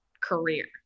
career